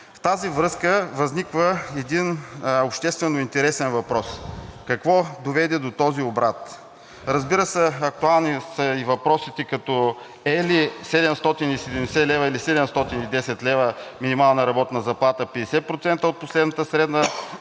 В тази връзка възниква един обществено интересен въпрос: какво доведе до този обрат? Разбира се, актуални са и въпросите като: е ли 770 лв. или 710 лв. минимална работна заплата 50% от последната средна